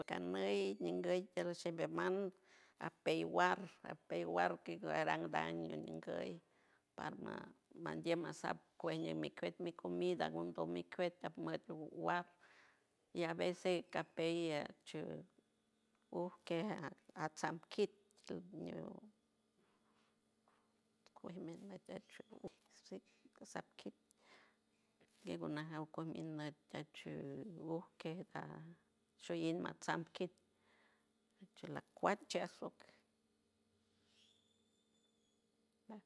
Kaneiiñi ningueyji shibishimenail apeirbiwar apeywar que darangandei paranma mandiel masand cueñemecuet mi comida junto mi cueta metumiguat y avece capello shuuo uujkella atsanki ninjnio puejemiñekesti sis kit guiegunaw ojcue mi nat shiert to guiyu ot cuetyaa shuei y masan kit cuesilacatcheis